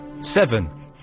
Seven